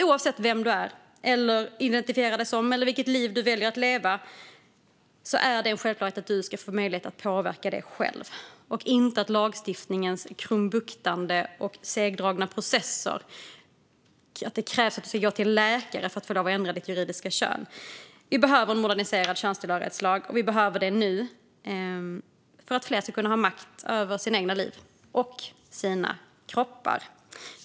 Oavsett vem man är eller identifierar sig som och vilket liv man väljer att leva är det en självklarhet att man ska få möjlighet att påverka det själv, utan lagstiftningens krumbuktande och de segdragna processer där det till exempel krävs att man ska gå till läkare för att få lov att ändra sitt juridiska kön. Vi behöver en moderniserad könstillhörighetslag, och vi behöver den nu, för att fler ska kunna ha makt över sina egna liv och sina kroppar.